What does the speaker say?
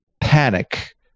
panic